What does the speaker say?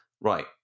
Right